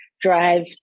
drive